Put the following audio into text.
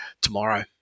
tomorrow